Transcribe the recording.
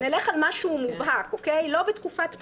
בוא נלך על משהו מובהק לא בתקופת בחירות.